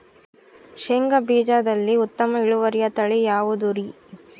ಶೇಂಗಾ ಬೇಜದಲ್ಲಿ ಉತ್ತಮ ಇಳುವರಿಯ ತಳಿ ಯಾವುದುರಿ?